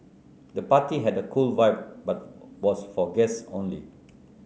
the party had a cool vibe but was for guests only